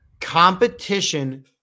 Competition